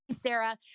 Sarah